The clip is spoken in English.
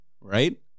right